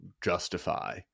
justify